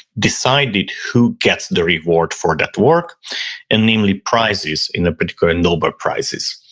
decided who gets the reward for that work and namely prizes, in a particular nobel prizes.